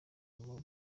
aba